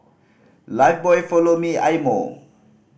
Lifebuoy Follow Me Eye Mo